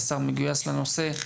השר מגויס לנושא.